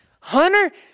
Hunter